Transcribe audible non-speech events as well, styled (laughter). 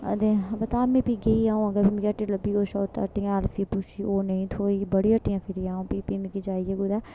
अते तां बी फ्ही गेई आ'ऊं अगर मिगी हट्टी लब्भी (unintelligible) हट्टियै ऐल्फी पुच्छी ओह् नेईं थ्होई बड़ी हट्टियें फिरी आ'ऊं फ्ही फ्ही मिकी जाइयै कुदै